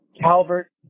Calvert